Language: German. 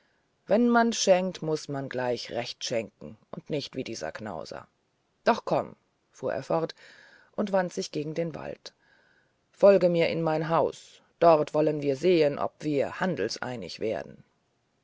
wenn man schenkt muß man gleich recht schenken und nicht wie dieser knauser doch komm fuhr er fort und wandte sich gegen den wald folge mir in mein haus dort wollen wir sehen ob wir handelseinig werden